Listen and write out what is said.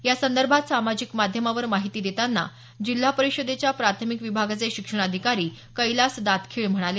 यासंदर्भात सामाजिक माध्यमांवर माहिती देतांना जिल्हा परिषदेच्या प्राथमिक विभागाचे शिक्षणाधिकारी कैलास दातखीळ म्हणाले